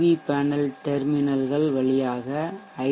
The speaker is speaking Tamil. வி பேனல் டெர்மினல்கள் வழியாக ஐ